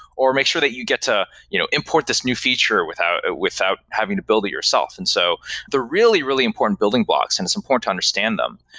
or make sure that you get to you know import this new feature without without having to build it yourself. and so they're really, really important building blocks and it's important understand them.